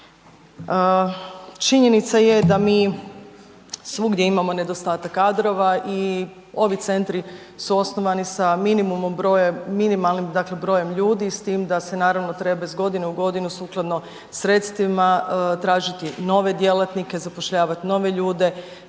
Činjenica je da mi svugdje imamo nedostatak kadrova i ovi centri su osnovani sa minimalnim brojem ljudi, s time da se naravno treba iz godine u godinu sukladno sredstvima tražiti nove djelatnike, zapošljavati nove ljude,